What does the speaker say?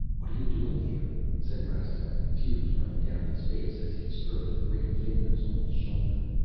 what are you doing here? said rastignac, tears running down his face as he stroked the great fingers on his shoulder.